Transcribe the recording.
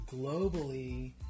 globally